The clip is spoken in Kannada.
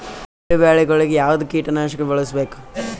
ತೊಗರಿಬೇಳೆ ಗೊಳಿಗ ಯಾವದ ಕೀಟನಾಶಕ ಬಳಸಬೇಕು?